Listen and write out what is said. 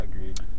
Agreed